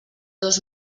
dos